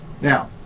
Now